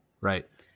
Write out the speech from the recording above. right